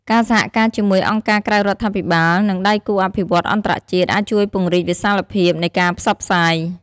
ការសហការជាមួយអង្គការក្រៅរដ្ឋាភិបាល និងដៃគូអភិវឌ្ឍន៍អន្តរជាតិ អាចជួយពង្រីកវិសាលភាពនៃការផ្សព្វផ្សាយ។